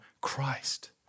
Christ